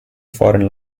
foreign